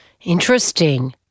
Interesting